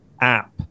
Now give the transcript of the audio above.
app